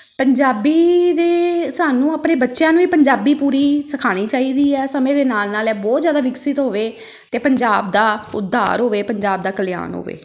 ਪੰਜਾਬੀ ਦੇ ਸਾਨੂੰ ਆਪਣੇ ਬੱਚਿਆਂ ਨੂੰ ਵੀ ਪੰਜਾਬੀ ਪੂਰੀ ਸਿਖਾਉਣੀ ਚਾਹੀਦੀ ਹੈ ਸਮੇਂ ਦੇ ਨਾਲ ਨਾਲ ਇਹ ਬਹੁਤ ਜ਼ਿਆਦਾ ਵਿਕਸਿਤ ਹੋਵੇ ਅਤੇ ਪੰਜਾਬ ਦਾ ਉਦਾਰ ਹੋਵੇ ਪੰਜਾਬ ਦਾ ਕਲਿਆਣ ਹੋਵੇ